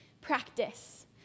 practice